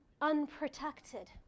unprotected